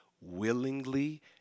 willingly